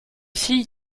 fille